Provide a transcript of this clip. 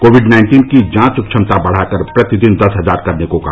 Covid nineteen की जांच क्षमता बढ़ाकर प्रतिदिन दस हजार करने को कहा